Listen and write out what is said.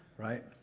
Right